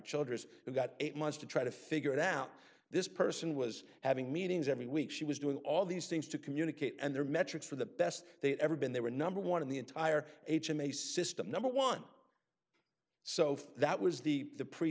childers who got eight months to try to figure it out this person was having meetings every week she was doing all these things to communicate and they're metrics for the best they've ever been they were number one in the entire him a system number one so that was the the pre